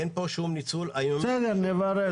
אין פה שום ניצול -- בסדר, נברר.